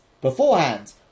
beforehand